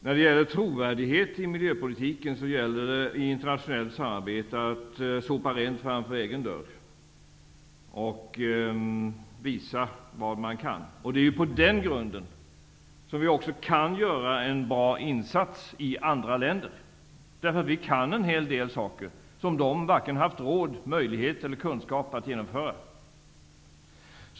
När det gäller trovärdigheten i miljöpolitiken gäller i internationellt samarbete att sopa rent framför egen dörr och att visa vad man kan. Det är ju på den grunden som vi kan göra en bra insats i andra länder. Vi kan en hel del saker som man där inte haft råd, möjlighet eller kunskap att genomföra.